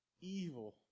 evil